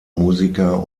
musiker